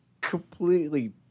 completely